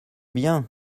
bien